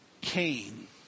Cain